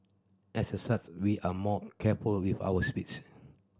as a such we are more careful with our speech